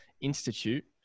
Institute